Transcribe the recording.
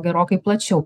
gerokai plačiau